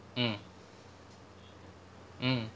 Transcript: mm mm